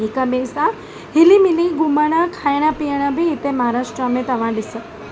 हिक ॿिए सां हिली मिली घुमण खाइण पीअण बि हिते महाराष्ट्र में तव्हां ॾिसंदा